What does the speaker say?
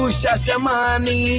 shashamani